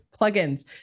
plugins